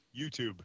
YouTube